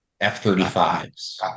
f-35s